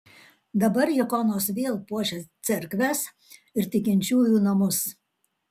dabar ikonos vėl puošia cerkves ir tikinčiųjų namus